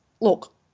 Look